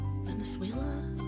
Venezuela